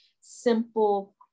simple